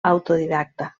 autodidacta